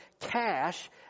cash